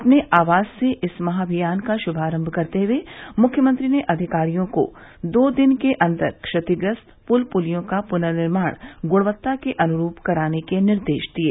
अपने आवास से इस महाभियान का श्भारंभ करते हुए मुख्यमंत्री ने अधिकारियों को सौ दिन के अंदर क्षतिग्रस्त पुल पुलियों का पुनर्निमाण गुणवत्ता के अनुरूप कराने के निर्देश दिये